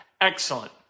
Excellent